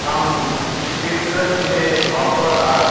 हम सीट्रस मे ऑफर आ